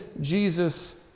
Jesus